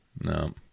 No